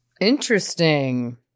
Interesting